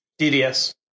DDS